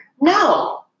No